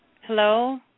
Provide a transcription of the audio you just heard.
Hello